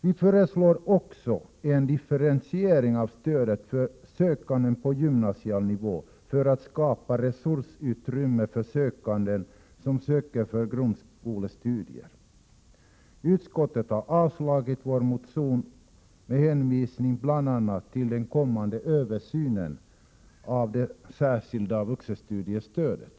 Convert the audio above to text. Vi föreslår också en differentiering av stödet till sökande på gymnasial nivå för att därigenom skapa resursutrymme för sökande till grundskolestudier. Utskottet har avstyrkt vår motion med hänvisning bl.a. till den kommande översynen av det särskilda vuxenstudiestödet.